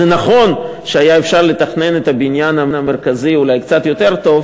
נכון שאולי היה אפשר לתכנן את הבניין המרכזי קצת יותר טוב,